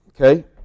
Okay